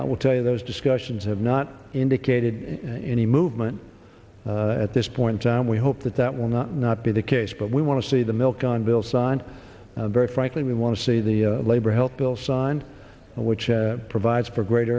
i will tell you those discussions have not indicated any movement at this point in time we hope that that will not not be the case but we want to see the milk on bill signed very frankly we want to see the labor health bill signed which provides for gr